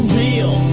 real